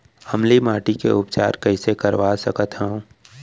अम्लीय माटी के उपचार कइसे करवा सकत हव?